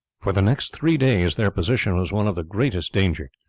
for the next three days their position was one of the greatest danger.